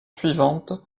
suivantes